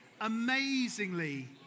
amazingly